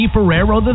Ferrero